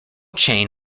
chain